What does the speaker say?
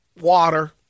water